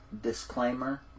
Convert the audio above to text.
disclaimer